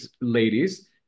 ladies